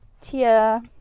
Tia